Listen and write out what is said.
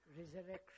resurrection